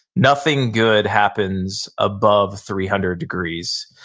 nothing good happens above three hundred degrees,